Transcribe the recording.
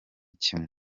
kimwe